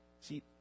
See